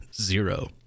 zero